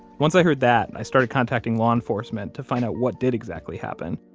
once i heard that, i started contacting law enforcement to find out what did exactly happen.